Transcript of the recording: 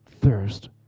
thirst